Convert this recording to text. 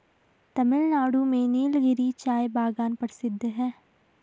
तमिलनाडु में नीलगिरी चाय बागान प्रसिद्ध है